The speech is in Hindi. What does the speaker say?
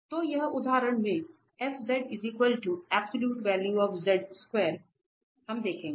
तो इस उदाहरण में हम देखेंगे